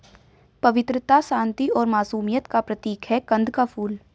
पवित्रता, शांति और मासूमियत का प्रतीक है कंद का फूल